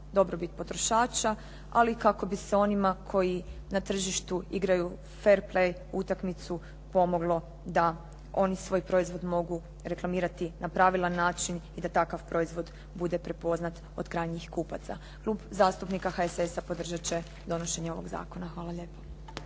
dobrobit potrošača, ali i kako bi se onima koji na tržištu igraju fer play utakmicu pomoglo da oni svoj proizvod mogu reklamirati na pravilan način i da takav proizvod bude prepoznat od krajnjih kupaca. Klub zastupnika HSS-a podržat će donošenje ovog zakona. Hvala lijepo.